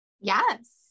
Yes